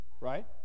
Right